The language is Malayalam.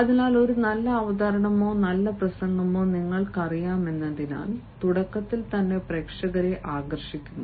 അതിനാൽ ഒരു നല്ല അവതരണമോ നല്ല പ്രസംഗമോ നിങ്ങൾക്കറിയാമെന്നതിനാൽ തുടക്കത്തിൽ തന്നെ പ്രേക്ഷകരെ ആകർഷിക്കുന്നു